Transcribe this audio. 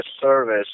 service